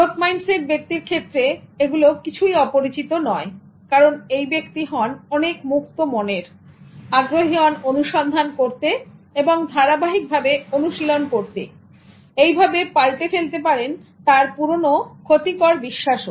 growth mindset ব্যক্তির ক্ষেত্রে এগুলো কিছুই অপরিচিত নয় কারণ এই ব্যক্তি হন অনেক মুক্তমনের আগ্রহী হন অনুসন্ধান করতে এবং ধারাবাহিকভাবে অনুশীলন করতে এইভাবে পাল্টে ফেলতে পারেন তার পুরোনো ক্ষতিকর বিশ্বাস